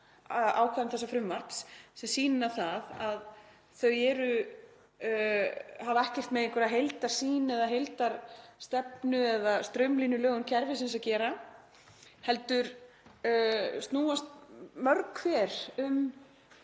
ákvæðum þessa frumvarps sem sýna að þau hafa ekkert með einhverja heildarsýn eða heildarstefnu eða straumlínulögun kerfisins að gera heldur snúast mörg hver um